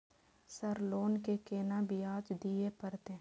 Sir loan के केना ब्याज दीये परतें?